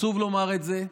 עצוב לומר את זה.